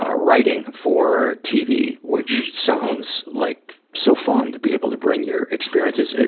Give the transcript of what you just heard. ah writing for tv, which sounds like so fun to be able to bring your experiences.